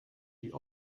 die